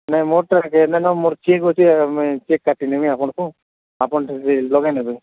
ନାଇଁ ମୋରଟା ନ ନ ମୋର ଚେକ୍ ଅଛି ମୁଇଁ ଚେକ୍ କାଟି ନେମି ଆପଣଙ୍କୁ ଆପଣ ଟ ଲଗେଇ ନେବେ